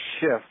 shift